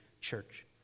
church